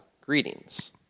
Greetings